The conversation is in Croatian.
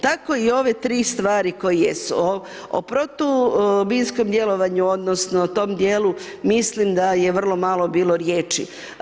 Tako i ove tri stvari koje jesu o protuminskom djelovanju, odnosno tom dijelu mislim da je vrlo malo bilo riječi.